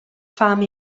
fam